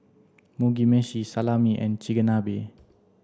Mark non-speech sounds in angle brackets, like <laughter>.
Mugi meshi Salami and Chigenabe <noise>